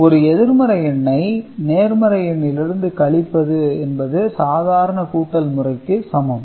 ஒரு எதிர்மறை எண்ணை நேர்மறை எண்ணிலிருந்து கழிப்பது என்பது சாதாரண கூட்டல் முறைக்கு சமம்